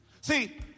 See